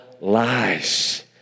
lies